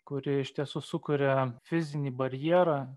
kuri iš tiesų sukuria fizinį barjerą